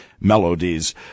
melodies